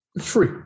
Free